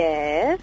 Yes